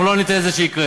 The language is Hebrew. אנחנו לא ניתן לזה לקרות,